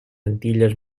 antilles